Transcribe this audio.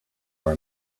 are